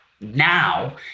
now